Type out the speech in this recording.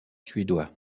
suédois